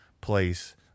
place